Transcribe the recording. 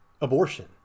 Abortion